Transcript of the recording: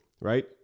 right